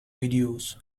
videos